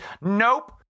Nope